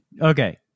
Okay